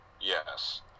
Yes